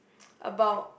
about